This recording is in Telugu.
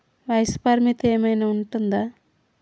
వయస్సు పరిమితి ఏమైనా ఉంటుందా?